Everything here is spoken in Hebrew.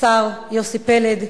השר יוסי פלד,